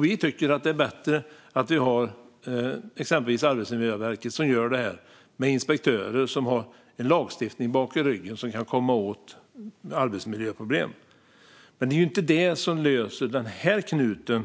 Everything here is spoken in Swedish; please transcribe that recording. Vi tycker att det är bättre att exempelvis Arbetsmiljöverket gör detta, med inspektörer som har lagstiftning i ryggen och kan komma åt arbetsmiljöproblemen. Men det löser inte knuten